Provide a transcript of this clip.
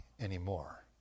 anymore